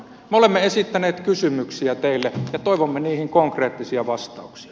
me olemme esittäneet kysymyksiä teille ja toivomme niihin konkreettisia vastauksia